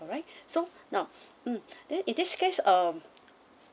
alright so now mm then it this case um